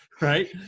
right